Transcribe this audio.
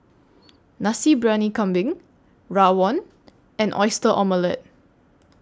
Nasi Briyani Kambing Rawon and Oyster Omelette